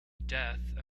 death